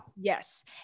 yes